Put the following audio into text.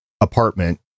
apartment